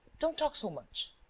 don't talk so much.